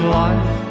life